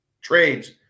trades